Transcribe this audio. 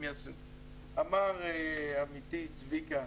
אמר עמיתי צביקה.